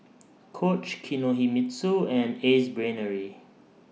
Coach Kinohimitsu and Ace Brainery